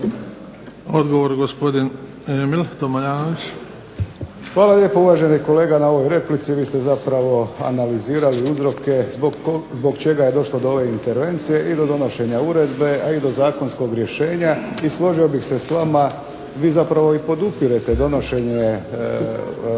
**Tomljanović, Emil (HDZ)** Hvala lijepo uvaženi kolega na ovoj replici. Vi ste zapravo analizirali uzroke zbog čega je došlo do ove intervencije i do donošenja uredbe, a i do zakonskog rješenja. I složio bih se s vama. Vi zapravo i podupirete donošenje,